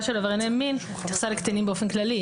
עברייני מין התייחסה לקטינים באופן כללי.